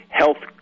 health